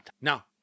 Now